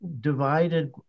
divided